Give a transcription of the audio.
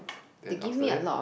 then after that